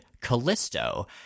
Callisto